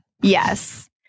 Yes